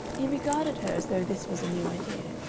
he regarded her as though this was a new idea.